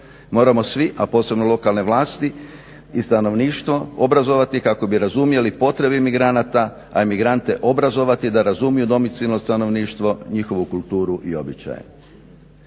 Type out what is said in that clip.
moramo svi a posebno lokalne vlasti i stanovništvo obrazovati kako bi razumjeli potrebe imigranata, a emigrante obrazovati da razumiju domicilno stanovništvo, njihovu kulturu i običaje.